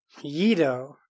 Yido